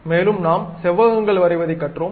மேலும் நாம் செவ்வகங்கள் வரைவதை கற்றோம்